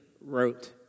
wrote